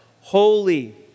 Holy